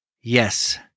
Yes